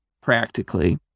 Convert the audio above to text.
practically